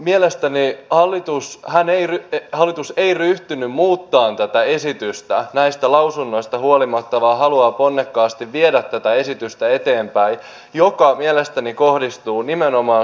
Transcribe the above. mielestäni hallitus ei ryhtynyt muuttamaan tätä esitystä näistä lausunnoista huolimatta vaan haluaa ponnekkaasti viedä eteenpäin tätä esitystä joka mielestäni kohdistuu nimenomaan sukupuoleen